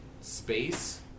space